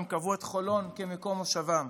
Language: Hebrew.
הם קבעו את חולון כמקום מושבם.